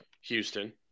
Houston